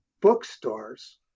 bookstores